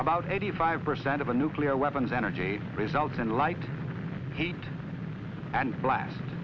about eighty five percent of a nuclear weapons energy result in life heat and bl